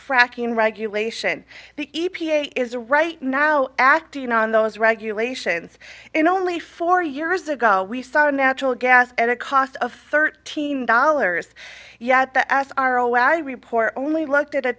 fracking regulation the e p a is right now acting on those regulations in only four years ago we saw natural gas at a cost of thirteen dollars yet the as are aware i report only looked at a